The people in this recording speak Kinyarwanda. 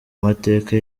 mateka